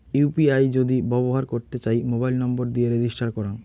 UPI যদি ব্যবহর করতে চাই, মোবাইল নম্বর দিয়ে রেজিস্টার করাং